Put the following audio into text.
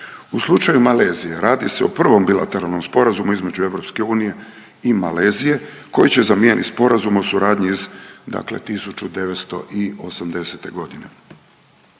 U slučaju Malezije radi se o prvom bilateralnom sporazumu između EU i Malezije koji će zamijenit Sporazum o suradnji iz 1980.g..